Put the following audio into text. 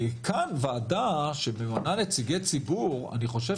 כאן וועדה שממנה נציגי ציבור - אני חושב